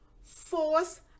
force